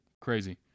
crazy